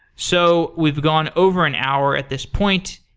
so we've gone over an hour at this point.